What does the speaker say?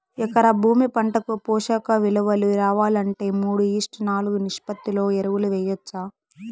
ఎకరా భూమి పంటకు పోషక విలువలు రావాలంటే మూడు ఈష్ట్ నాలుగు నిష్పత్తిలో ఎరువులు వేయచ్చా?